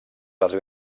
dels